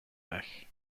weg